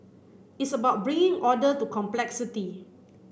it's about bringing order to complexity